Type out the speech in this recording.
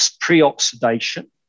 pre-oxidation